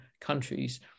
countries